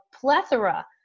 plethora